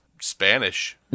Spanish